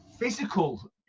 Physical